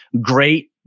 great